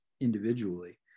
individually